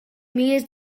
milers